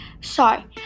Sorry